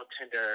Tinder